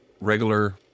regular